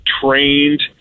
trained